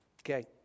Okay